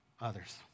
others